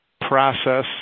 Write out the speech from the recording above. process